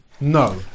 No